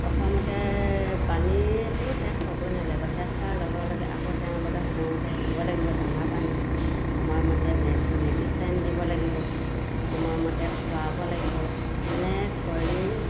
প্ৰথমতে পানীটো শেষ হ'বই নালাগিব শেষ হোৱাৰ লগে লগে আকৌ তেওঁলোকে সময়মতে দিব লাগিব দানা পানী সময়মতে মেডিচন দিব লাগিব সময়মতে খুৱাব লাগিব এনে কৰি